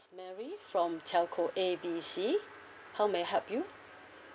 mary from telco A B C how may I help you